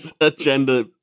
agenda